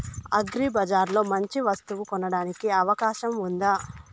అగ్రిబజార్ లో మంచి వస్తువు కొనడానికి అవకాశం వుందా?